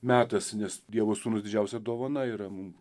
metas nes dievo sūnus didžiausia dovana yra mum